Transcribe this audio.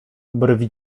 brwi